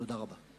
תודה רבה.